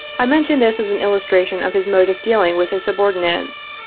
i mention this as an illustration of his mode of dealing with his subordinates.